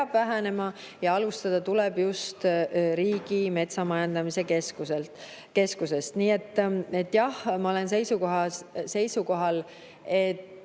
ja alustada tuleb just Riigimetsa Majandamise Keskusest. Nii et ma olen seisukohal, et